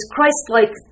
Christ-like